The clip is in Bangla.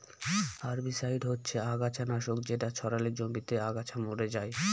হার্বিসাইড হচ্ছে আগাছা নাশক যেটা ছড়ালে জমিতে আগাছা মরে যায়